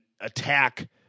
attack